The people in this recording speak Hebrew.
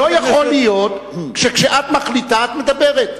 לא יכול להיות שכשאת מחליטה את מדברת.